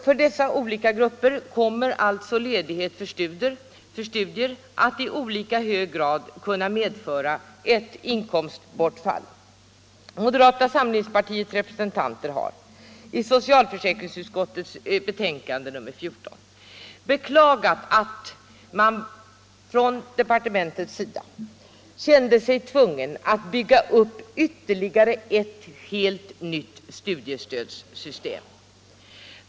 För dessa olika grupper kommer ledighet för studier att i olika grad kunna medföra inkomstbortfall. Moderata samlingspartiets representanter har i socialförsäkringsutskottets betänkande nr 14 beklagat att man från departementets sida kände sig tvungen att bygga upp ytterligare ett helt nytt studiestödssystem.